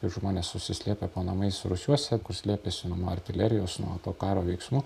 žmonės susislėpę po namais rūsiuose slepiasi nuo artilerijos nuo to karo veiksmų